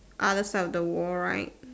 other side of the wall right